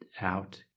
out